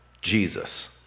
Jesus